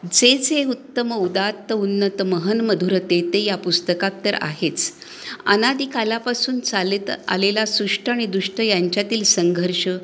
जे जे उत्तम उदात्त उन्नत महन मधुर ते ते या पुस्तकात तर आहेच अनादि कालापासून चालत आलेला सुष्ट आणि दुष्ट यांच्यातील संघर्ष